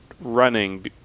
running